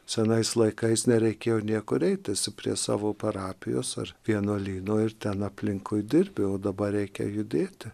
senais laikais nereikėjo niekur eiti su prie savo parapijos ar vienuolyno ir ten aplinkui dirbi o dabar reikia judėti